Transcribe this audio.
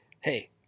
hey